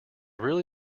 really